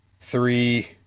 three